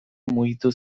mugitu